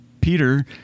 Peter